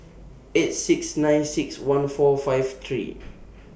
eight six nine six one four five three